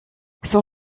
son